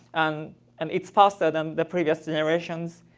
um and it's faster than the previous generations.